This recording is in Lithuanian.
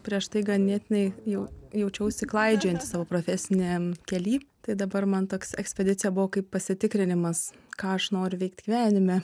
prieš tai ganėtinai jau jaučiausi klaidžiojanti savo profesiniam kely tai dabar man toks ekspedicija buvo kaip pasitikrinimas ką aš noriu veikti gyvenime